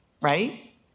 right